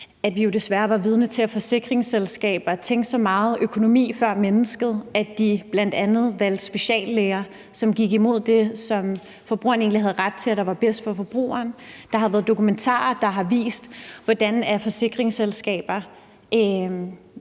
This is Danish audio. at vi jo desværre var vidne til, at forsikringsselskaber tænkte så meget økonomi før mennesket, at de bl.a. valgte speciallæger, som gik imod det, som forbrugerne egentlig havde ret til, og som var bedst for forbrugeren. Der har været dokumentarer, der har vist, hvordan forsikringsselskaber jo